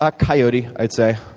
ah coyote, i would say.